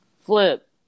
Flip